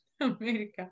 America